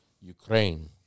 Ukraine